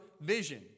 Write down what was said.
vision